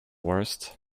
worst